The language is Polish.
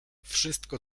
wszystko